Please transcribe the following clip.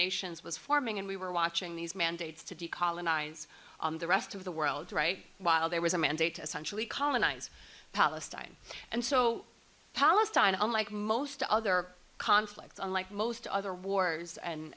nations was forming and we were watching these mandates to d colonize the rest of the world right while there was a mandate to essentially colonize palestine and so palestine unlike most other conflicts unlike most other wars and